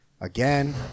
again